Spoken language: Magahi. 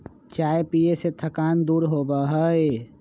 चाय पीये से थकान दूर होबा हई